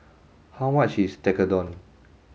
how much is Tekkadon